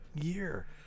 year